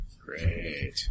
Great